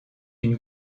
une